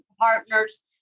partners